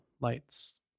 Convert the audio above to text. lights